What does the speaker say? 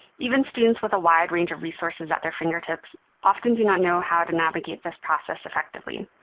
even students with a wide range of resources at their fingertips often do not know how to navigate this process effectively.